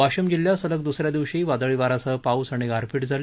वाशिम जिल्ह्यात सलग दुस या दिवशी वादळीवा यासह पाऊस आणि गारपीठ झाली